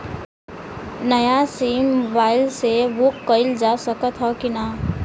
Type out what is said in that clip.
नया SIM mobile से book कइलजा सकत ह कि ना?